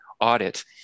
audit